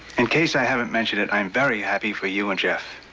in case i haven't mentioned it, i'm very happy for you and jeff.